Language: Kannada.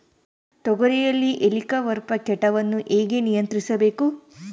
ತೋಗರಿಯಲ್ಲಿ ಹೇಲಿಕವರ್ಪ ಕೇಟವನ್ನು ಹೇಗೆ ನಿಯಂತ್ರಿಸಬೇಕು?